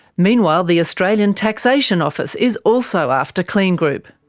meanwhile, the australian taxation office is also after kleen group.